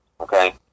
Okay